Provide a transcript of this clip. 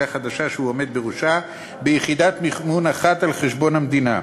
חדשה שהוא עומד בראשה ביחידת מימון אחת על חשבון המדינה.